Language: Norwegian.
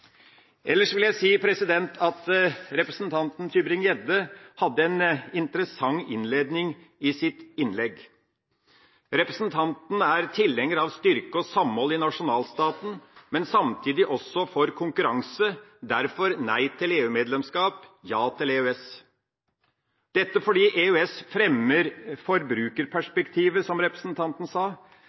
Ellers vil jeg si at representanten Tybring-Gjedde hadde en interessant innledning i sitt innlegg. Representanten er tilhenger av styrke og samhold i nasjonalstaten, men er samtidig også for konkurranse – derfor nei til EU-medlemskap, ja til EØS, dette fordi EØS fremmer forbrukerperspektivet, som representanten sa.